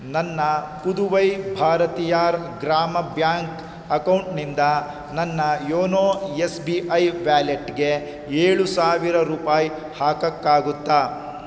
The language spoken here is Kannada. ನನ್ನ ಪುದುವೈ ಭಾರತಿಯಾರ್ ಗ್ರಾಮ ಬ್ಯಾಂಕ್ ಅಕೌಂಟ್ನಿಂದ ನನ್ನ ಯೋನೋ ಎಸ್ ಬಿ ಐ ವ್ಯಾಲೆಟ್ಗೆ ಏಳು ಸಾವಿರ ರೂಪಾಯಿ ಹಾಕೋಕ್ಕಾಗುತ್ತಾ